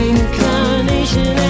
incarnation